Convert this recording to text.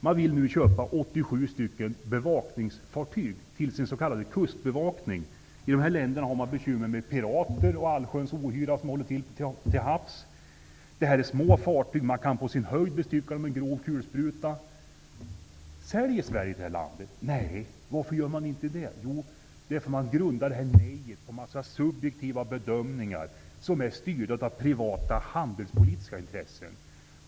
Man vill nu köpa 87 stycken bevakningsfartyg till sin s.k. kustbevakning. I de här länderna har man bekymmer med pirater och allsköns ohyra som håller till ute till havs. Det här är små fartyg. Man kan på sin höjd bestycka dem med grov kulspruta. Säljer Sverige till det här landet? Nej. Varför gör man inte det? Jo, därför att man grundar sitt nej på en mängd subjektiva bedömningar som är styrda av privata handelspolitiska intressen.